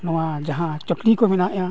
ᱱᱚᱣᱟ ᱡᱟᱦᱟᱸ ᱪᱚᱠᱞᱤ ᱠᱚ ᱵᱮᱱᱟᱣᱮᱫᱼᱟ